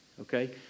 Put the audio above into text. Okay